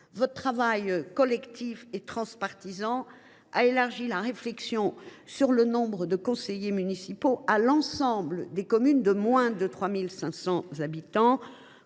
Ce travail collectif et transpartisan a élargi la réflexion sur le nombre de conseillers municipaux à l’ensemble des communes de moins de 3 500 habitants,